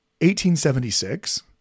1876